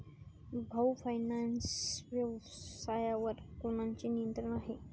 भाऊ फायनान्स व्यवसायावर कोणाचे नियंत्रण आहे?